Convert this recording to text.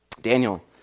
Daniel